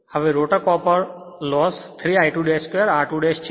હવે rotor copper loss 3 I2 2 r2 છે